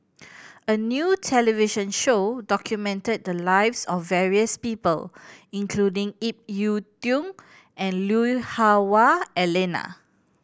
a new television show documented the lives of various people including Ip Yiu Tung and Lui Hah Wah Elena